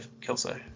Kelso